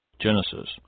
Genesis